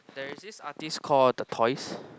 there is this artist called the toys